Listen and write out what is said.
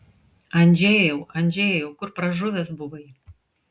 andžejau andžejau kur pražuvęs buvai